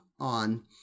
on